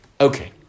Okay